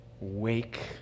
wake